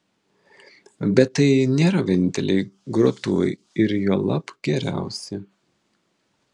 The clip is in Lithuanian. bet tai nėra vieninteliai grotuvai ir juolab geriausi